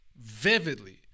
vividly